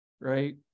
right